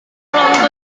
tolong